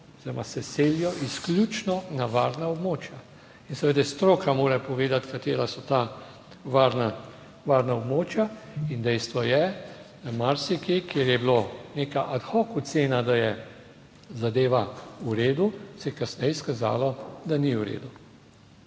oziroma se selijo izključno na varna območja in seveda stroka mora povedati, katera so ta varna območja, in dejstvo je, da marsikje, kjer je bila neka ad hoc ocena, da je zadeva v redu, se je kasneje izkazalo, da ni v redu,